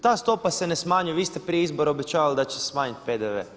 Ta stopa se ne smanjuje, vi ste prije izbora obećavali da će se smanjiti PDV.